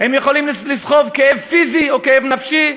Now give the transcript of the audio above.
הם יכולים לסחוב כאב פיזי או כאב נפשי,